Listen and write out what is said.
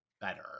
better